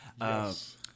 Yes